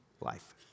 life